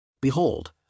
Behold